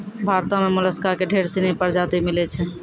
भारतो में मोलसका के ढेर सिनी परजाती मिलै छै